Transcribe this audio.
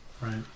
Right